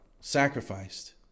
sacrificed